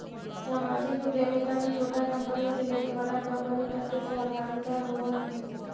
सामाजिक उद्यमिता में छोटा कंपनी से लेके बड़ा कंपनी तक के सहभागिता होवऽ हई